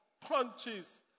punches